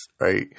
right